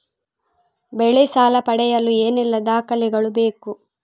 ಬೆಳೆ ಸಾಲ ಪಡೆಯಲು ಏನೆಲ್ಲಾ ದಾಖಲೆಗಳು ಬೇಕು?